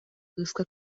кыыска